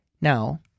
Now